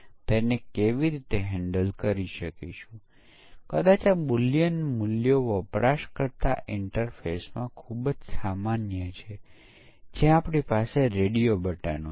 ઉદાહરણ તરીકે ઘણા પ્રકારના પ્રદર્શન પરીક્ષણો છે પ્રતિસાદ સમય થ્રુપુટ ઉપયોગીતા તણાવપૂર્ણ પરિસ્થિતિઓ હેઠળ આઉટપુટ જેમ કે યુનિટ સમય દીઠ ઇનપુટ્સની સંખ્યા અને તેથી વધુ પુનપ્રાપ્તિ ગોઠવણી